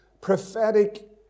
prophetic